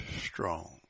strong